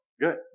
Good